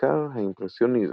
בעיקר האימפרסיוניזם.